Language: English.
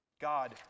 God